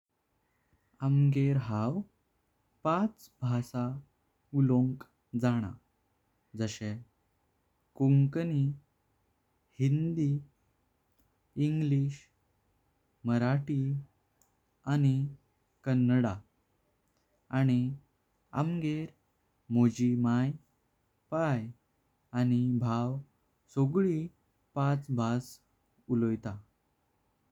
आम्गेर हांव पाच भाष उलोंक जाण जातां। कोंकणी, हिंदी, इंग्लिश, मराठी, आनी कन्नड। आनी आम्गेर माझी माई _पाई आनी भाव सगळी पाच भाष उलोयता।